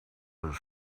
does